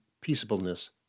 peaceableness